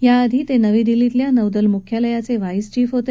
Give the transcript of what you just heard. याआधी ते नवी दिल्लीतल्या नौदल मुख्यालयाचे व्हाईस चीफ होते